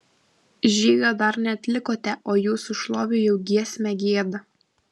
žygio dar neatlikote o jūsų šlovei jau giesmę gieda